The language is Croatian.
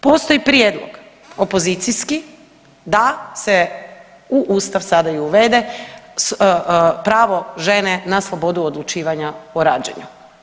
Postoji prijedlog opozicijski da se u Ustav sada i uvede pravo žene na slobodu odlučivanja o rađanju.